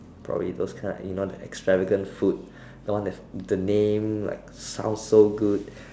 probably those kind like you know the extravagant food the one that the name like sound so good